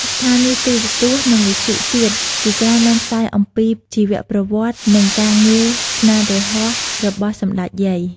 ស្ថានីយទូរទស្សន៍ និងវិទ្យុជាតិជាច្រើនបានផ្សាយអំពីជីវប្រវត្តិ និងការងារស្នាមព្រះហស្ដរបស់សម្តេចយាយ។